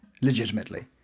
legitimately